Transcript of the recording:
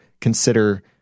consider